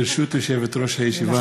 זה נכון.